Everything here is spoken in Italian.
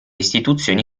istituzioni